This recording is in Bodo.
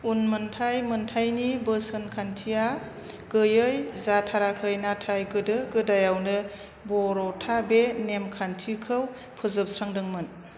उनमोनथाय मोनथायनि बोसोनखानथिया गैयै जाथाराखै नाथाय गोदो गोदायावनो बर'ता बे नेमखानथिखौ फोजोबस्रांदोंमोन